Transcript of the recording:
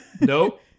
Nope